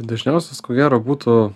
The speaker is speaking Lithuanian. dažniausias ko gero būtų